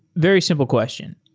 very simple question.